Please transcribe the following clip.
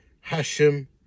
Hashem